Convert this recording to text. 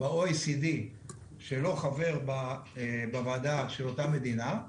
ב-OECD שלא חבר בוועדה של אותה מדינה.